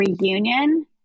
reunion